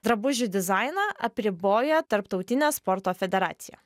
drabužių dizainą apriboja tarptautinė sporto federacija